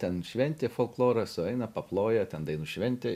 ten šventė folkloras sueina paploja ten dainų šventė